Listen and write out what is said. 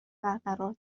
برقرار